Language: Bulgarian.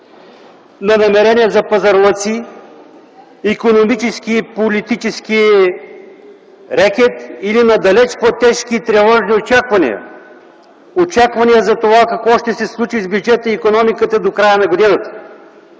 на намерения за пазарлъци, икономически и политически рекет или на далеч по-тежки и тревожни очаквания. Очаквания затова, какво ще се случи с бюджета и икономиката до края на годината.